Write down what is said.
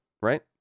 right